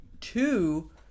two